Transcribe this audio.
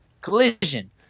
Collision